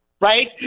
right